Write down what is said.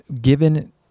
given